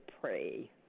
pray